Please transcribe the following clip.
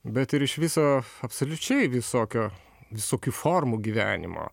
bet ir iš viso absoliučiai visokio visokių formų gyvenimo